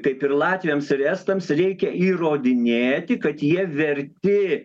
kaip ir latviams ir estams reikia įrodinėti kad jie verti